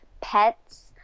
pets